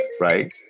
right